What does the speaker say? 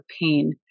pain